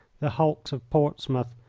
the hulks of portsmouth,